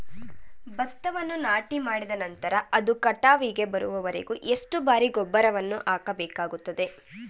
ಭತ್ತವನ್ನು ನಾಟಿಮಾಡಿದ ನಂತರ ಅದು ಕಟಾವಿಗೆ ಬರುವವರೆಗೆ ಎಷ್ಟು ಬಾರಿ ಗೊಬ್ಬರವನ್ನು ಹಾಕಬೇಕಾಗುತ್ತದೆ?